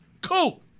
cool